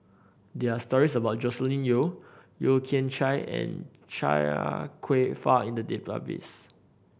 there are stories about Joscelin Yeo Yeo Kian Chai and Chia Kwek Fah in the database